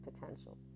potential